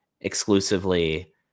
exclusively